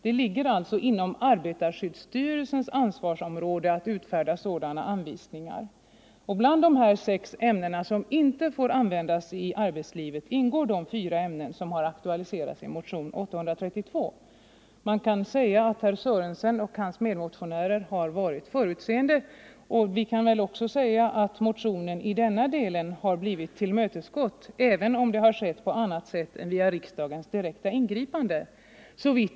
Det ligger alltså inom arbetarskyddsstyrelsens ansvarsområde att utfärda sådana anvisningar. Bland dessa sex ämnen som inte får användas i arbetslivet ingår de fyra ämnen som har aktualiserats i motionen 832. Man kan säga att herr Sörenson och hans medmotionärer har varit förutseende. Vi kan väl också säga att motionen i denna del har tillmötesgåtts, även om det har skett på annat sätt än via riksdagens direkta ingripande.